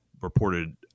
reported